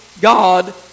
God